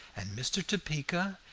and mr. topeka,